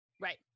Right